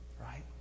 Right